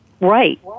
Right